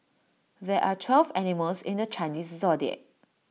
there are twelve animals in the Chinese Zodiac